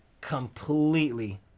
Completely